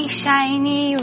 shiny